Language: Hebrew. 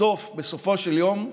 בסופו של יום,